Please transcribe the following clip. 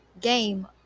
game